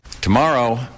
Tomorrow